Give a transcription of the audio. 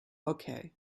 okay